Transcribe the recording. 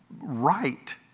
right